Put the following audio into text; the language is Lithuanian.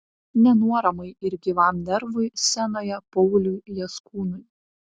nenuoramai ir gyvam nervui scenoje pauliui jaskūnui